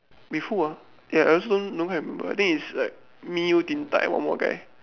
with who ah ya I also know don't cannot remember i think is like me you Din-Tat and one more guy